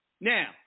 Now